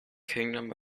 kingdom